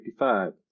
1955